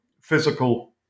physical